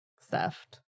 theft